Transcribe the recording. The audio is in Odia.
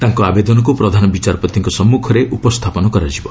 ତାଙ୍କ ଆବେଦନକୁ ପ୍ରଧାନ ବିଚାରପତିଙ୍କ ସମ୍ମୁଖରେ ଉପସ୍ଥାପନ କରାଯିବ